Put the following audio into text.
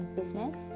business